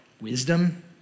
wisdom